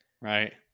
right